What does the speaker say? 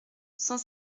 cent